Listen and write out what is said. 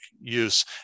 use